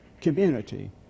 community